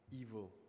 evil